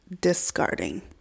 discarding